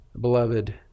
Beloved